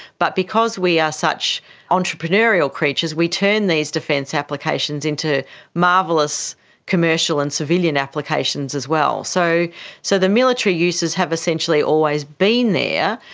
but because we are such entrepreneurial creatures, we turn these defence applications into marvellous commercial and civilian applications as well. so so the military uses have essentially always been there,